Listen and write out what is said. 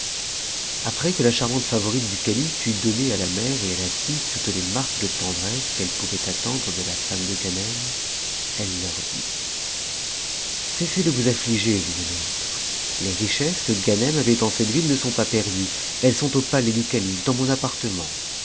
après que la charmante favorite du calife eut donné à la mère et à la fille toutes les marques de tendresse qu'elles pouvaient attendre de la femme de ganem elle leur dit cessez de vous aoiger l'une et l'autre les richesses que ganem avait en cette ville ne sont pas perdues elles sont au palais du calife dans mon appartement